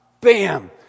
Bam